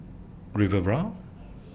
Riviera